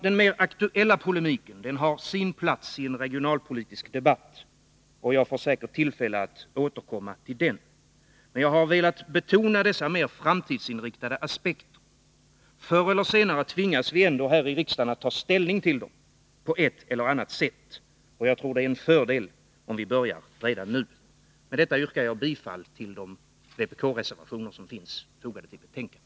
Den mera aktuella polemiken har sin plats i en regionalpolitisk debatt, och jag får säkert tillfälle att återkomma till den, men jag har velat betona dessa mer framtidsinriktade aspekter. Förr eller senare tvingas vi ändå här i riksdagen att ta ställning till dem på ett eller annat sätt. Jag tror att det är en fördel om vi börjar redan nu. Med detta yrkar jag bifall till de vpk-reservationer som finns fogade till betänkandet.